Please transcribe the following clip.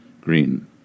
Green